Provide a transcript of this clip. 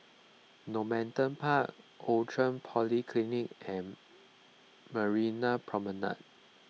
Normanton Park Outram Polyclinic and Marina Promenade